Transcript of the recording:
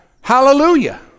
Hallelujah